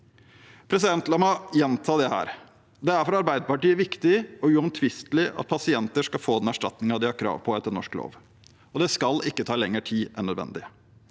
grunnlag. La meg gjenta dette: Det er for Arbeiderpartiet viktig og uomtvistelig at pasienter skal få den erstatningen de har krav på etter norsk lov, og det skal ikke ta lengre tid enn nødvendig,